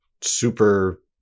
super